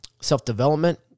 self-development